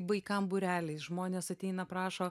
vaikam būreliais žmonės ateina prašo